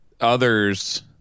others